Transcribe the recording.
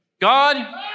God